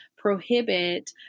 prohibit